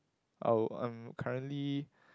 I would I'm currently